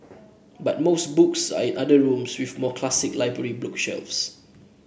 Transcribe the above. but most books are in other rooms with more classic library bookshelves